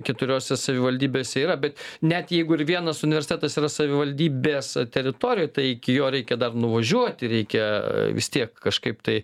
keturiose savivaldybėse yra bet net jeigu ir vienas universitetas yra savivaldybės teritorijoj tai iki jo reikia dar nuvažiuoti reikia vis tiek kažkaip tai